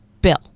Bill